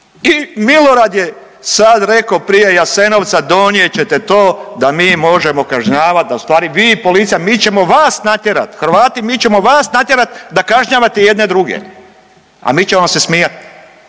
i Milorad je sad rekao prije Jasenovca, donijet ćete to da mi možemo kažnjavati, da ustvari vi, policija, mi ćemo vas natjerati, Hrvati, mi ćemo vas natjerati da kažnjavate jedne druge, a mi ćemo vam se smijat